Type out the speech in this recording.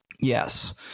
yes